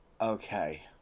Okay